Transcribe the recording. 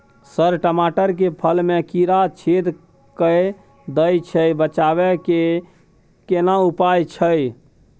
Sir टमाटर के फल में कीरा छेद के दैय छैय बचाबै के केना उपाय छैय?